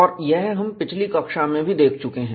और यह हम पिछली कक्षा में भी देख चुके हैं